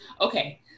Okay